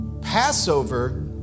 passover